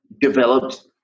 developed